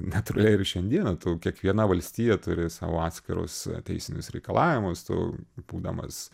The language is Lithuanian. natūraliai ir šiandieną tu kiekviena valstija turi savo atskirus teisinius reikalavimus tu būdamas